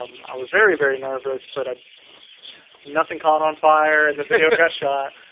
um i was very very nervous, but i nothing caught on fire and the video got shot.